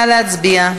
נא להצביע.